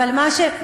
אבל מה שמקומם,